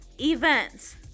events